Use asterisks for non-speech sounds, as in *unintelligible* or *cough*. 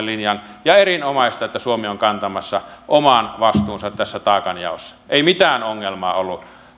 *unintelligible* linjan ja on erinomaista että suomi on kantamassa oman vastuunsa tässä taakanjaossa ei mitään ongelmaa ollut